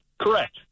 Correct